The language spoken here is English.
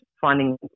finding